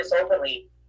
openly